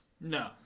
No